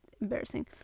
embarrassing